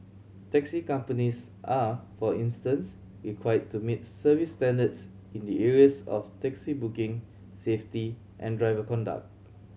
taxi companies are for instance required to meet service standards in the areas of taxi booking safety and driver conduct